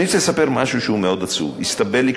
אני רוצה לספר משהו שהוא מאוד עצוב: הסתבר לי,